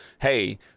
hey